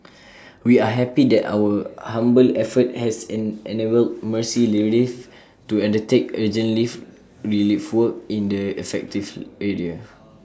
we are happy that our humble effort has in enabled mercy relief to undertake urgent live relief work in the affective area